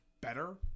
better